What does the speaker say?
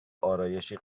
ارایشی